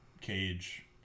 Cage